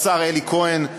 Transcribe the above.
לשר אלי כהן,